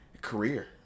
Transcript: career